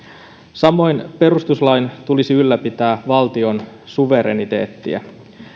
samoin perustuslain tulisi ylläpitää valtion suvereniteettia